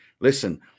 listen